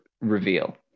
reveal